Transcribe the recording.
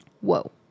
Whoa